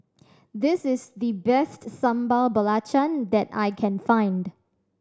this is the best Sambal Belacan that I can find